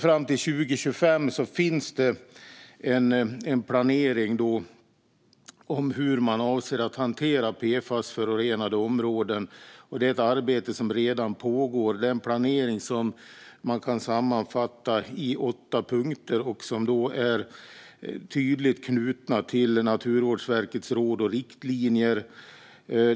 Fram till 2025 finns det en planering för hur man avser att hantera PFAS-förorenade områden. Det är ett arbete som redan pågår, och planeringen kan sammanfattas i åtta punkter som är tydligt knutna till Naturvårdsverkets råd och riktlinjer.